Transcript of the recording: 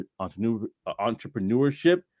Entrepreneurship